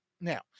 now